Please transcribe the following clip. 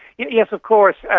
you know yes, of course.